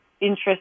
interest